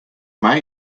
mij